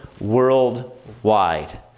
worldwide